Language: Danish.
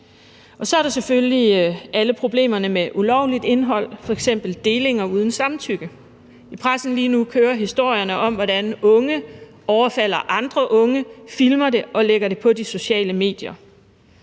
Så er der selvfølgelig alle problemerne med ulovligt indhold, f.eks. delinger uden samtykke. I pressen kører lige nu historierne om, hvordan unge overfalder andre unge, filmer det og lægger det på de sociale medier.